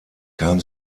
kam